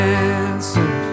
answers